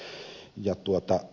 näin tulee olla